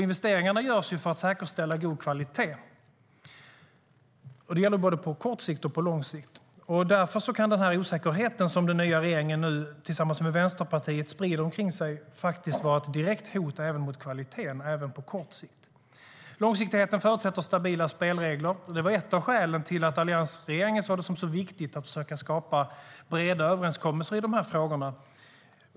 Investeringarna görs ju för att säkerställa god kvalitet; det gäller både på kort och lång sikt. Långsiktigheten förutsätter stabila spelregler, och det var ett av skälen till att alliansregeringen såg det som så viktigt att försöka skapa breda överenskommelser i de här frågorna.